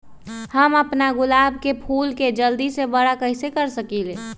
हम अपना गुलाब के फूल के जल्दी से बारा कईसे कर सकिंले?